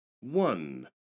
One